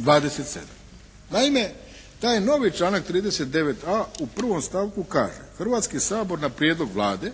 27. Naime, taj novi članak 39a. u prvom stavku kaže: "Hrvatski sabor na prijedlog Vlade